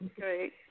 Great